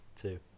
Two